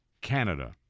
Canada